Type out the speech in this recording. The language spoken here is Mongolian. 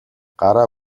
гараа